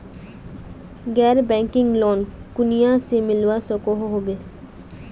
गैर banking loan कुनियाँ से मिलवा सकोहो होबे?